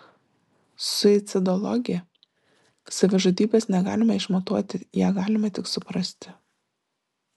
suicidologė savižudybės negalime išmatuoti ją galime tik suprasti